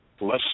less